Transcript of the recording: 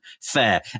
fair